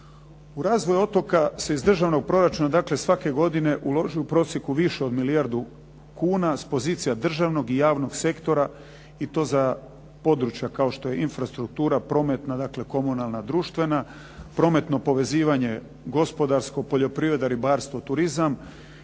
U razvoj otoka se iz državnog proračuna svake godine uloži u prosjeku više od milijardu kuna s pozicija državnog i javnog sektora i to za područja kao što je infrastruktura, prometna, komunalna društvena, prometno povezivanje gospodarsko, poljoprivreda, ribarstvo, turizam